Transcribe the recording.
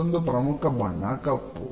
ಮತ್ತೊಂದು ಪ್ರಮುಖ ಬಣ್ಣ ಕಪ್ಪು